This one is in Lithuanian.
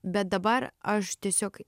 bet dabar aš tiesiog